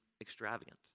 extravagant